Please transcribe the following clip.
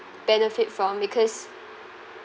benefit from because